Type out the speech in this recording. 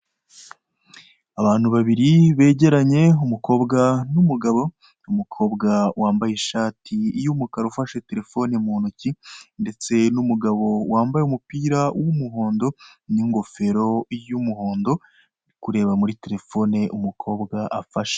Abantu babiri begeranye, umukobwa n'umugabo. umukobwa wambaye ishati y'umukara ufashe terefone mu ntoki ndetse n'umugabo wambaye umupira w'umuhondo, n'ingofero y'umuhondo ari kureba muri terefone umukobwa afashe.